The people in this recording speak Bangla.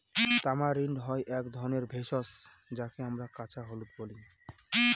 তামারিন্ড হয় এক ধরনের ভেষজ যাকে আমরা কাঁচা হলুদ বলি